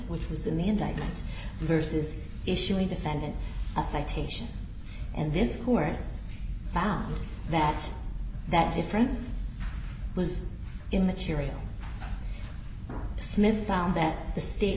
indictment versus issuing defendant a citation and this court found that that difference was immaterial smith found that the state